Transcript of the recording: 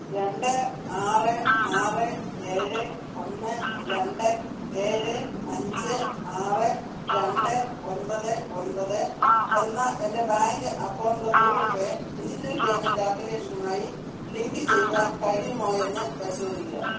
രണ്ട് ആറ് ആറ് ഏഴ് ഒന്ന് രണ്ട് ഏഴ് അഞ്ച് ആറ് രണ്ട് ഒൻപത് ഒൻപത് എന്ന എൻ്റെ bank account Google Pay digital payment ആപ്ലിക്കേഷനുമായി ലിങ്കു ചെയ്യുവാൻ കഴിയുമോ എന്ന് പരിശോധിക്കുക